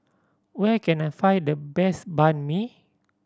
where can I find the best Banh Mi